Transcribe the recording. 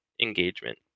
engagement